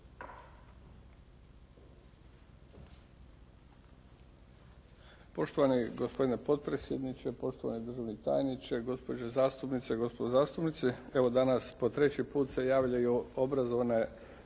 Poštovani gospodine potpredsjedniče, poštovani državni tajniče, gospođe zastupnice i gospodo zastupnici evo danas po treći put se javljaju obrazovna